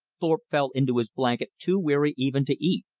thorpe fell into his blanket too weary even to eat.